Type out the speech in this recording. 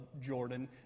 jordan